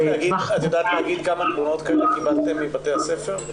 יודעת לומר כמה תלונות כאלה קיבלתם מבתי הספר?